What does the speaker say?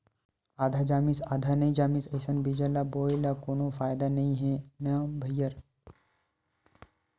आधा जामिस अउ आधा नइ जामिस अइसन बीजा ल बोए ले कोनो फायदा नइ हे न भईर